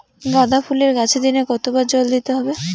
গাদা ফুলের গাছে দিনে কতবার জল দিতে হবে?